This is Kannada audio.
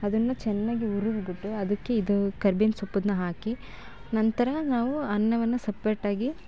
ಅದನ್ನ ಚೆನ್ನಾಗಿ ಹುರುದ್ಬುಟ್ಟು ಅದಕ್ಕೆ ಇದು ಕರ್ಬೆವಿನ ಸೊಪ್ಪು ಹಾಕಿ ನಂತರ ನಾವು ಅನ್ನವನ್ನು ಸಪ್ರೇಟಾಗಿ